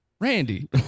Randy